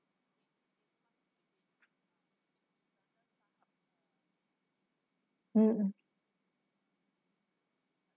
mm mm